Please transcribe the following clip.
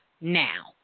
Now